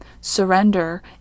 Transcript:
surrender